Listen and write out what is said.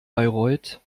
bayreuth